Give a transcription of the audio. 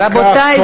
רבותי,